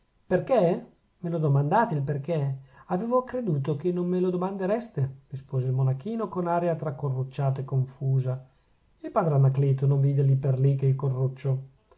perchè perchè me lo domandate il perchè avevo creduto che non me lo domandereste rispose il monachino con aria tra corrucciata e confusa il padre anacleto non vide lì per lì che il corruccio